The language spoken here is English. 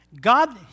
God